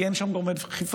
כי אין שם גורמי דחיפה,